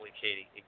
Katie